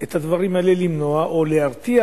את הדברים האלה למנוע, או להרתיע